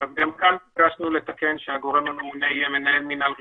גם כאן ביקשנו לתקן שהגורם הממונה יהיה מנהל מינהל רישוי,